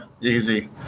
easy